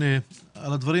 קארין, תודה רבה על הדברים.